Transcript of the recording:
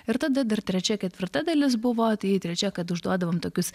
ir tada dar trečia ketvirta dalis buvo tai trečia kad užduodavom tokius